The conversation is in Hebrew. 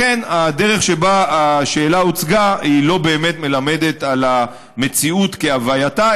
הדרך שבה השאלה הוצגה היא לא באמת מלמדת על המציאות כהווייתה,